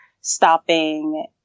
stopping